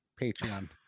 Patreon